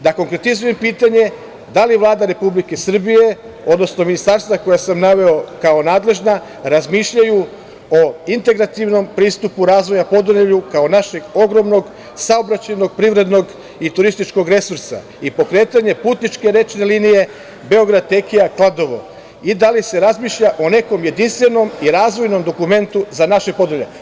Da konkretizujem pitanje – da li Vlada Republike Srbije, odnosno ministarstva koje sam naveo kao nadležna razmišljaju o integrativnom pristupu razvoja u Podunavlju kao našeg ogromnog saobraćajnog privrednog i turističkog resursa i pokretanje putničke rečne linije Beograd – Tekija – Kladovo i da li se razmišlja o nekom jedinstvenom i razvojnom dokumentu za naše Podunavlje?